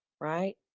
right